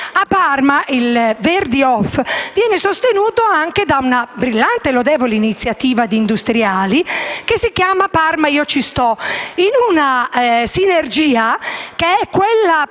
a Parma il Verdi Off viene sostenuto anche da una brillante e lodevole iniziativa di industriali, che si chiama «Parma, io ci sto!», con una sinergia che è quella